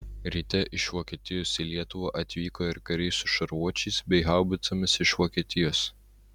ryte iš vokietijos į lietuvą atvyko ir kariai su šarvuočiais bei haubicomis iš vokietijos